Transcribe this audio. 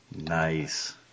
Nice